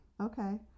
Okay